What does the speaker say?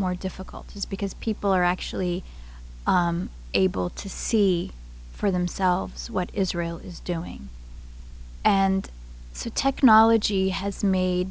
more difficult is because people are actually able to see for themselves what israel is doing and so technology has made